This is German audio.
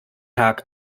tag